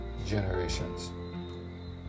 generations